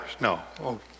No